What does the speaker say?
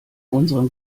unserem